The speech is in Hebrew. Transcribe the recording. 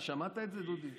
אתה שמעת את זה, דודי?